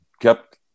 kept